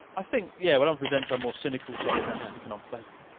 i think, yeah. when i'm presenter i'm more cynical, sarcastic and unpleasant.